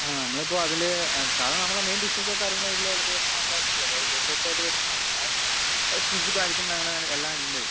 ആ നമ്മൾ ഇപ്പം അതിൽ സാധാരണ നമ്മുടെ മെയിൻ ഡിഷസ് കാര്യങ്ങൾ എല്ലാം അതിലേക്ക് വരുന്നു എല്ലാം ഉണ്ട് അതായത് ജഡ്ജസ് ആയിട്ട് വരുന്നതാണ് അത് ഐസ്ക്രീംസ് കാര്യങ്ങൾ അങ്ങനെ അങ്ങനെ എല്ലാം ഉണ്ട്